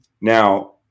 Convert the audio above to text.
now